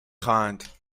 خواهند